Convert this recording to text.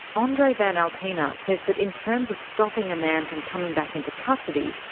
andre van altena says that in terms of stopping a man from coming back into custody,